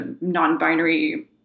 non-binary